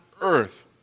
earth